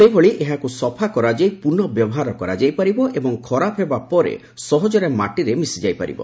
ସେହିଭଳି ଏହା ସଫା କରାଯାଇ ପୁନଃ ବ୍ୟବହାର କରାଯାଇପାରିବ ଏବଂ ଖରାପ ହେବା ପରେ ସହଜରେ ମାଟିରେ ମିଶିଯାଇ ପାରିବ